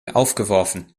aufgeworfen